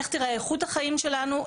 איך תראה איכות החיים שלנו,